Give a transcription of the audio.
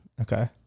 Okay